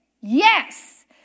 Yes